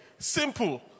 simple